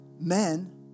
men